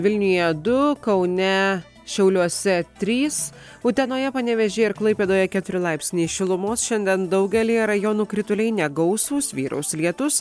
vilniuje du kaune šiauliuose trys utenoje panevėžyje ir klaipėdoje keturi laipsniai šilumos šiandien daugelyje rajonų krituliai negausūs vyraus lietus